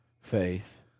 Faith